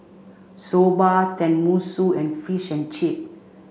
Soba Tenmusu and Fish and Chip